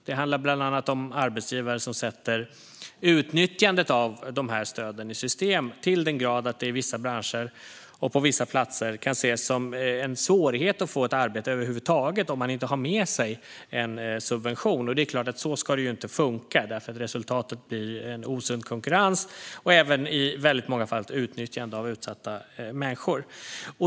Det handlar bland annat om arbetsgivare som sätter utnyttjandet av de här stöden i system till den grad att det i vissa branscher och på vissa platser kan ses som en svårighet att få ett arbete över huvud taget om man inte har med sig en subvention. Det är klart att så ska det ju inte funka, för resultatet blir en osund konkurrens och i många fall även ett utnyttjande av utsatta människor.